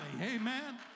Amen